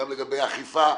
גם לגבי האכיפה,